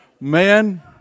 Man